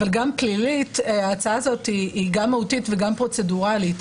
אבל גם פלילית ההצעה הזאת גם מהותית וגם פרוצדורלית.